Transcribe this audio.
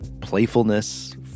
playfulness